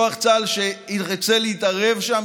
כוח צה"ל שירצה להתערב שם,